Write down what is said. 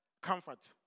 comfort